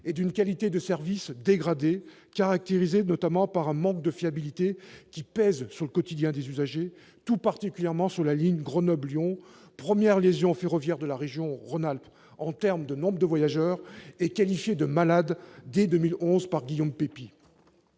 et d'une qualité de service dégradée, caractérisée notamment par un manque de fiabilité qui pèse sur le quotidien des usagers, tout particulièrement sur la ligne Grenoble-Lyon, première liaison ferroviaire de la région en termes de nombre de voyageurs et qualifiée de « malade » dès 2011 par Guillaume Pepy.